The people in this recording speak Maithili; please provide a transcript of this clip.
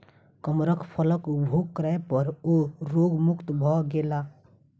कमरख फलक उपभोग करै पर ओ रोग मुक्त भ गेला